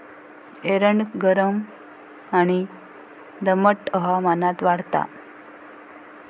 एरंड गरम आणि दमट हवामानात वाढता